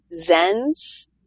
zen's